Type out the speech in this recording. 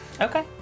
okay